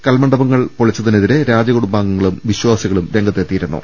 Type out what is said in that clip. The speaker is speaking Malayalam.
കൽമണ്ഡപങ്ങൾ പൊളിച്ച തിനെതിരെ രാജകുടുംബാംഗങ്ങളും വിശ്വാസികളും രംഗത്തെത്തിയിരുന്നു